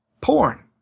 porn